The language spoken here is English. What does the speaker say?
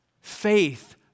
Faith